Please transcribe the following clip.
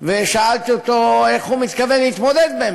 ושאלתי אותו איך הוא באמת מתכוון להתמודד.